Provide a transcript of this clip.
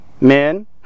men